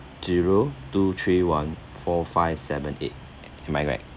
zero two three one four five seven eight am I right